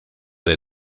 del